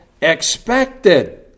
expected